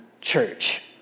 church